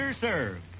served